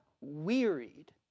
wearied